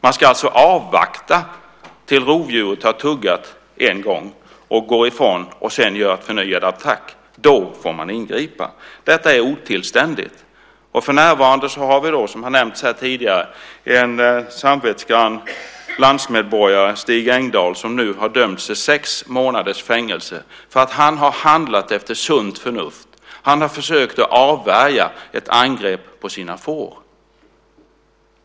Man ska alltså avvakta tills rovdjuret har tuggat en gång och gått ifrån och sedan gjort en förnyad attack. Då får man ingripa. Detta är otillständigt. För närvarande har vi, som har nämnts här tidigare, en samvetsgrann landsmedborgare, Stig Engdahl, som nu har dömts till sex månaders fängelse för att han har handlat i enlighet med sunt förnuft. Han har försökt avvärja ett angrepp på sina får.